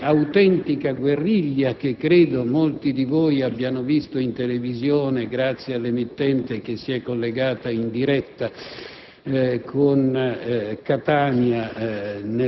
si trova a lottare in un clima di autentica guerriglia, che credo molti di voi abbiano visto in televisione grazie all'emittente che si è collegata in diretta